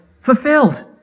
fulfilled